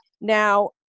Now